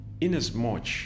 Inasmuch